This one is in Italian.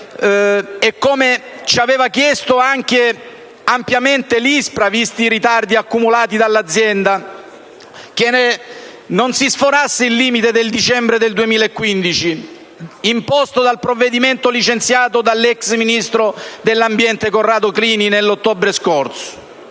e come ci aveva chiesto anche ampiamente l'ISPRA, visti i ritardi accumulati dall'azienda, che non si sforasse il limite del dicembre del 2015, imposto dal provvedimento licenziato dall'ex ministro dell'ambiente Corrado Clini, nello scorso